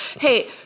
Hey